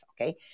Okay